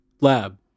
lab